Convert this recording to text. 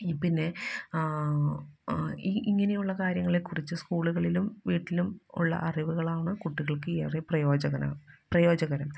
പിന്നെ ഇങ്ങനെയുള്ള കാര്യങ്ങളെക്കുറിച്ച് സ്കൂളുകളിലും വീട്ടിലും ഉള്ള അറിവുകളാണ് കുട്ടികള്ക്ക് ഏറെ പ്രയോജകനം പ്രയോജനകരം